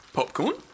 Popcorn